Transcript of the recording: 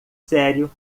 sério